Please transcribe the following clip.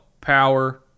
Power